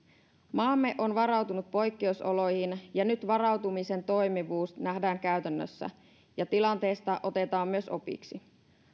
maamme on varautunut poikkeusoloihin ja nyt varautumisen toimivuus nähdään käytännössä ja tilanteesta otetaan myös opiksi